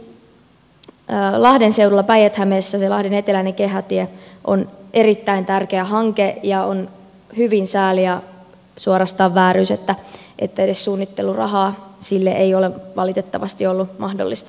sen lisäksi lahden seudulla päijät hämeessä se lahden eteläinen kehätie on erittäin tärkeä hanke ja on hyvin sääli ja suorastaan vääryys että edes suunnittelurahaa sille ei ole valitettavasti ollut mahdollista saada